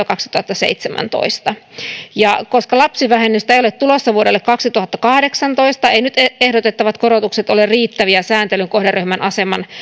kaksituhattaseitsemäntoista koska lapsivähennystä ei ole tulossa vuodelle kaksituhattakahdeksantoista eivät nyt ehdotettavat korotukset ole riittäviä sääntelyn kohderyhmän aseman